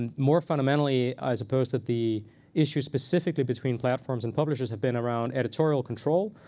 and more fundamentally, i suppose that the issue specifically between platforms and publishers have been around editorial control.